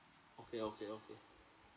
okay okay okay